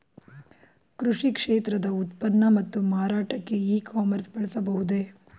ಕೃಷಿ ಕ್ಷೇತ್ರದ ಉತ್ಪನ್ನ ಮತ್ತು ಮಾರಾಟಕ್ಕೆ ಇ ಕಾಮರ್ಸ್ ನ ಬಳಸಬಹುದೇ?